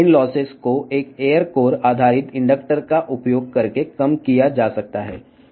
ఈ నష్టాలను air core based inductor ఉపయోగించి తగ్గించవచ్చు ఇది ఇక్కడ చూపబడింది